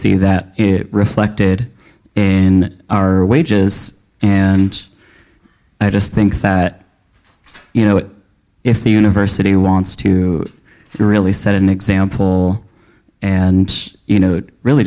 see that reflected in our wages and i just think that you know what if the university wants to really set an example and you know really